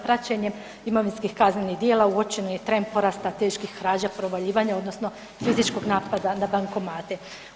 Praćenjem imovinskih kaznenih djela uočen je trend porasta teških krađa provaljivanja odnosno fizičkog napada na bankomate.